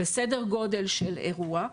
וסדר גודל של אירוע,